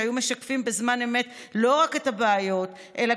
שהיו משקפים בזמן אמת לא רק את הבעיות אלא